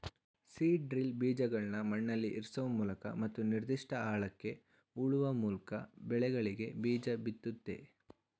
seed drill ಬೀಜಗಳ್ನ ಮಣ್ಣಲ್ಲಿಇರ್ಸೋಮೂಲಕ ಮತ್ತು ನಿರ್ದಿಷ್ಟ ಆಳಕ್ಕೆ ಹೂಳುವಮೂಲ್ಕಬೆಳೆಗಳಿಗೆಬೀಜಬಿತ್ತುತ್ತೆ